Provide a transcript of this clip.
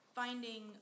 finding